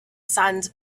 sand